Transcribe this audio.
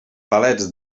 palets